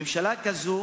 ממשלה כזאת